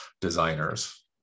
designers